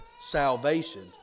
salvation